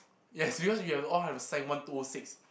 yes because we have all have to sign one two O six